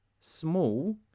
small